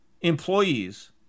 employees